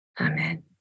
Amen